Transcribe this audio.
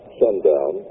sundown